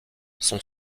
son